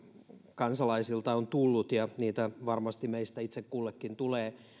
kansalaisilta on tullut ja niitä varmasti meistä itse kullekin tulee